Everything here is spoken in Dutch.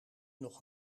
nog